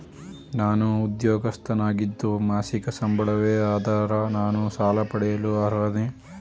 ನಾನು ಉದ್ಯೋಗಸ್ಥನಾಗಿದ್ದು ಮಾಸಿಕ ಸಂಬಳವೇ ಆಧಾರ ನಾನು ಸಾಲ ಪಡೆಯಲು ಅರ್ಹನೇ?